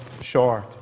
short